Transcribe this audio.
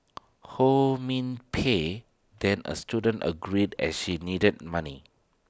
ho min Pei then A student agreed as she needed money